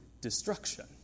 destruction